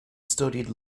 studied